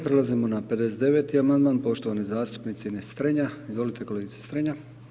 Prelazimo na 59. amandman, poštovane zastupnice Ines Strenja, izvolite kolegice Strenja.